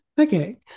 Okay